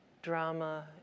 Drama